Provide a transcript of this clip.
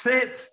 Fit